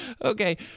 okay